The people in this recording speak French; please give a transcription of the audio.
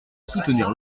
soutenir